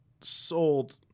sold